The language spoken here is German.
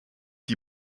die